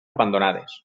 abandonades